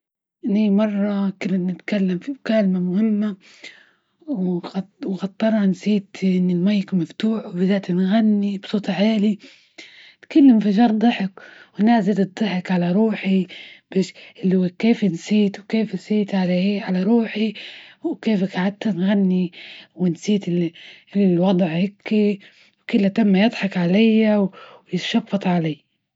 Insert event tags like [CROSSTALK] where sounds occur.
أني مرة كنت بتكلم فيه مكالمة مهمة [HESITATION] وخطرها نسيت إن المايك مفتوح، وبالذات نغني بصوت عالي، كلة إنفجر ضحك، ونازل ضحك على روحي [HESITATION] اللي هو كيف نسيت؟ وكيف نسيت على إيه على روحي وكيف قعدت نغني ونسيت [HESITATION] ونسيت الوضع هيكي، وكله تم يضحك علي ويتشفط علي.